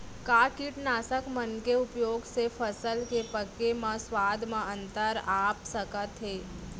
का कीटनाशक मन के उपयोग से फसल के पके म स्वाद म अंतर आप सकत हे?